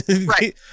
Right